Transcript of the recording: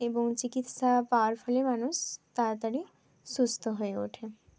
এবং চিকিৎসা পাওয়ার ফলে মানুষ তাড়াতাড়ি সুস্ত হয়ে ওঠে